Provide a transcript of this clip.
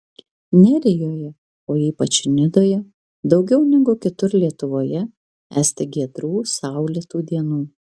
nerijoje o ypač nidoje daugiau negu kitur lietuvoje esti giedrų saulėtų dienų